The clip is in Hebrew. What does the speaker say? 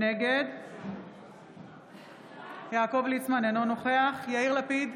נגד יעקב ליצמן, אינו נוכח יאיר לפיד,